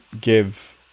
give